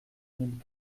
mille